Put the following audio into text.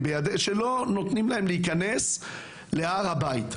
לא נותנים להם להיכנס להר הבית.